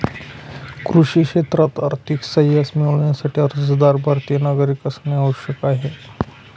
कृषी क्षेत्रात आर्थिक सहाय्य मिळविण्यासाठी, अर्जदार भारतीय नागरिक असणे आवश्यक आहे